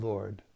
Lord